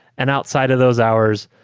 and outside of those hours,